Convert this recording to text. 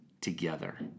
together